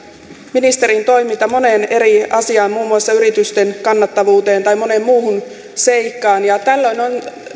moneen eri asiaan muun muassa yritysten kannattavuuteen tai moneen muuhun seikkaan ja tällöin on